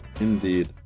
Indeed